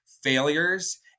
failures